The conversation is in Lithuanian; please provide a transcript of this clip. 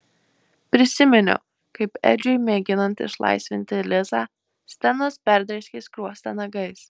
prisiminiau kaip edžiui mėginant išlaisvinti lisą stenas perdrėskė skruostą nagais